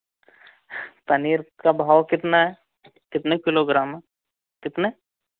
पनीर का भाव कितना है कितने किलोग्राम है कितने